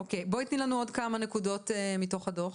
אוקיי אז בואי תני לנו עוד כמה נקודות מתוך הדו"ח.